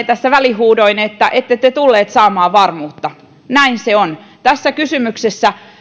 tässä välihuudoin että ette te tulleet saamaan varmuutta näin se on tässä kysymyksessä